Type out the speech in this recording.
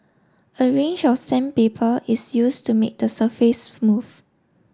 a range of sandpaper is used to make the surface smooth